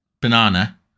Banana